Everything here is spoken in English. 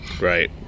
Right